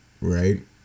right